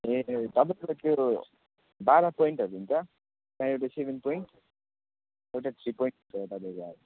ए तपाईँ त्यो बाह्र पोइन्टहरू हुन्छ त्यहाँपछि सेभेन पोइन्ट एउटा थ्री पोइन्ट छ तपाईँको अब